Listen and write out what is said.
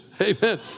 amen